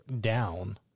down